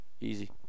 easy